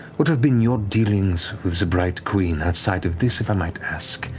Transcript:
what have been your dealings with the bright queen outside of this, if i might ask,